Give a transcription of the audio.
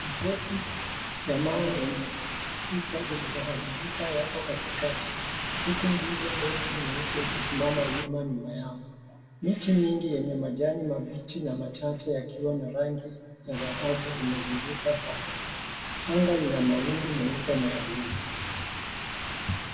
Mikofu ya mawe yenye kuta zilizoharibika yako katikati huku nguzo refu nyeupe ikisimama wima nyuma yao. Miti mingi yenye majani mabichi na machache yakiwa na rangi ya dhahabu imezunguka hapo. Anga lina mawingu meupe na ya buluu.